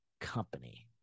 company